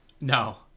No